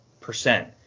percent